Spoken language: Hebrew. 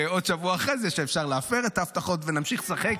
ועוד שבוע אחרי זה שאפשר להפר את ההבטחות ולהמשיך לשחק.